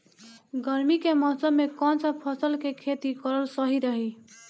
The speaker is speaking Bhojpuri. गर्मी के मौषम मे कौन सा फसल के खेती करल सही रही?